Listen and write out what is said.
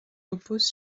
repose